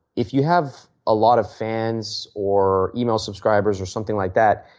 if you have a lot of fans or email subscribers or something like that,